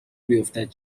بیفتد